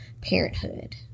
parenthood